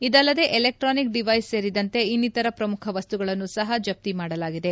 ಇದಲ್ಲದೆ electronic device ಸೇರಿದಂತೆ ಇನ್ನಿತರ ಪ್ರಮುಖ ವಸ್ತುಗಳನ್ನು ಸಹ ಜಪ್ತಿ ಮಾಡಲಾಗಿದೆ